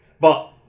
But-